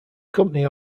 company